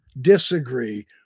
disagree